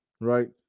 right